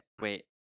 wait